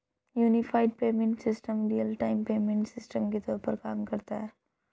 unified payment system real time payment system के तौर पर काम करता है